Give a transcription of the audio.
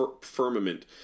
firmament